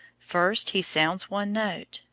first he sounds one note,